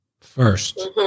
first